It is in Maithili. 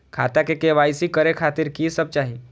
खाता के के.वाई.सी करे खातिर की सब चाही?